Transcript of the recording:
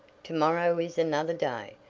to-morrow is another day,